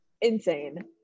insane